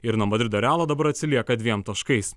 ir nuo madrido realo dabar atsilieka dviem taškais